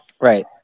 Right